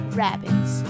rabbits